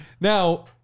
Now